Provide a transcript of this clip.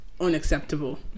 unacceptable